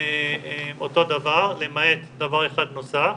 אותו דבר, למעט דבר אחד נוסף,